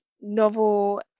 novel